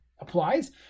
applies